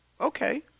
Okay